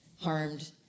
harmed